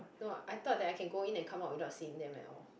no I thought that I can go in and come out without seeing them at all